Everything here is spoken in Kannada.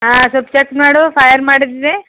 ಹಾಂ ಸ್ವಲ್ಪ ಚಕ್ ಮಾಡು ಫೈಯರ್ ಮಾಡೋದಿದೆ